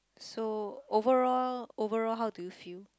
so overall overall how do you feel